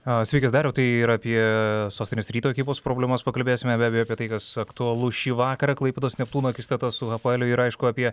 sveikas dariau tai ir apie sostinės ryto ekipos problemas pakalbėsime apie tai kas aktualu šį vakarą klaipėdos neptūno akistata su hapoel ir aišku apie